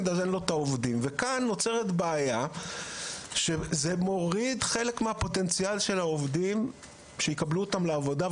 נוצרת כאן בעיה כי זה מוריד חלק מהפוטנציאל של העובדים בקבלה לעבודה.